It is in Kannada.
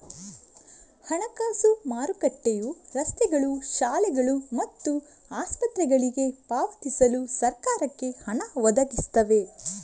ಹಣಕಾಸು ಮಾರುಕಟ್ಟೆಯು ರಸ್ತೆಗಳು, ಶಾಲೆಗಳು ಮತ್ತು ಆಸ್ಪತ್ರೆಗಳಿಗೆ ಪಾವತಿಸಲು ಸರಕಾರಕ್ಕೆ ಹಣ ಒದಗಿಸ್ತವೆ